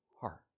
heart